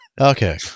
Okay